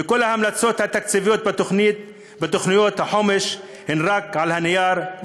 וכל ההמלצות התקציביות בתוכניות החומש הן רק על הנייר,